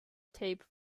tape